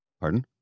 Pardon